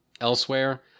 Elsewhere